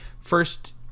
first